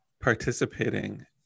participating